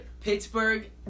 Pittsburgh